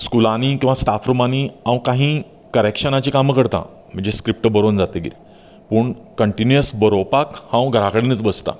स्कुलांनी किंवा स्टाफ रुमांनी हांव काही करेक्शनाची कामां करतां म्हणजें स्क्रिप्ट बरोवन जातगीर पूण कंटिन्युअस बरोवपाक हांव घरां कडेनच बसतां